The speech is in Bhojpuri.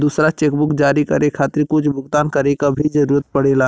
दूसर चेकबुक जारी करे खातिर कुछ भुगतान करे क भी जरुरत पड़ेला